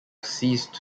ceased